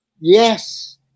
Yes